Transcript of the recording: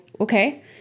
okay